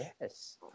Yes